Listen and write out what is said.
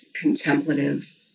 contemplative